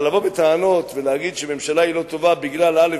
אבל לבוא בטענות ולהגיד שממשלה היא לא טובה בגלל א',